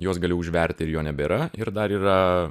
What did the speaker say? juos gali užverti ir jo nebėra ir dar yra